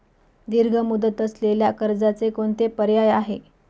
दीर्घ मुदत असलेल्या कर्जाचे कोणते पर्याय आहे?